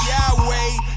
Yahweh